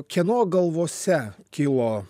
kieno galvose kilo